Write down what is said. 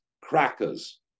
crackers